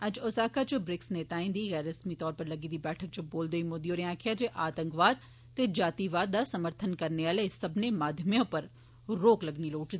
अज्ज ओसाका च ब्रिक्स नेताएं दी गैर रस्मी तौर पर लग्गी दी बैठक च बोलदे होई श्री मोदी होरें आक्खेआ जे आतंकवाद ते जातिवाद दा समर्थन करने आले सब्बनें माध्यमें पर रोक लाने दी जरूरत ऐ